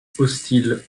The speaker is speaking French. hostile